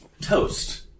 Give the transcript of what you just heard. toast